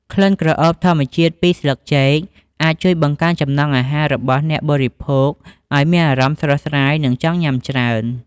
ក្លិនក្រអូបធម្មជាតិពីស្លឹកចេកអាចជួយ បង្កើនចំណង់អាហារ របស់អ្នកបរិភោគឱ្យមានអារម្មណ៍ស្រស់ស្រាយ និងចង់ញ៉ាំច្រើន។